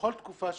בכל תקופה שתיקבע.